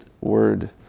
word